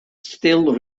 still